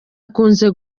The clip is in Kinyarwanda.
akunze